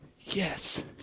yes